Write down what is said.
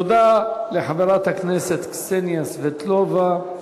תודה לחברת הכנסת קסניה סבטלובה.